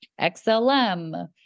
XLM